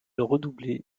redoublaient